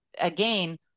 Again